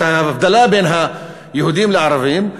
את ההבדלה בין היהודים לערבים,